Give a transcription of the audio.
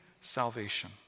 salvation